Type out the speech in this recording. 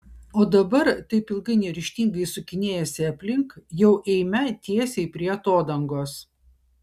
o dabar taip ilgai neryžtingai sukinėjęsi aplink jau eime tiesiai prie atodangos